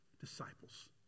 Disciples